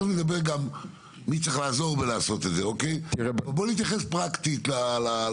בוא נתייחס לזה פרקטית.